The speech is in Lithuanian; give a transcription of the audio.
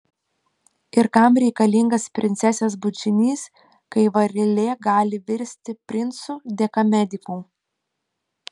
ir kam reikalingas princesės bučinys kai varlė gali virsti princu dėka medikų